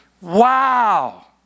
Wow